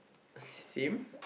same